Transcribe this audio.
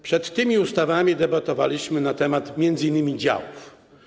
Przed tymi ustawami debatowaliśmy na temat m.in. działów.